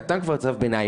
נתן צו ביניים,